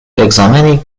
ekzameni